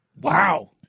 Wow